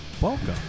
Welcome